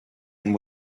and